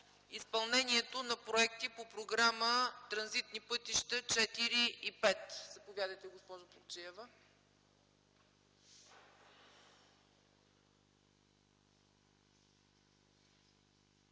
изпълнението на проекти по Програма „Транзитни пътища” ІV и V. Заповядайте, госпожо Плугчиева.